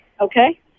okay